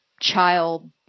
child